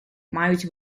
мають